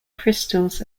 crystals